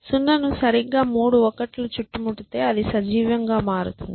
0 ను సరిగ్గా మూడు 1 లు చుట్టుముట్టితే అది సజీవంగా మారుతుంది